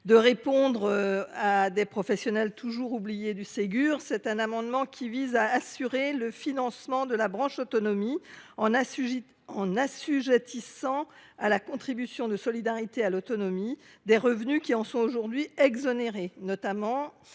de répondre aux professionnels toujours oubliés du Ségur, je vous propose cet amendement qui vise à assurer le financement de la branche autonomie en assujettissant à la contribution de solidarité pour l’autonomie (CSA) des revenus qui en sont aujourd’hui exonérés, notamment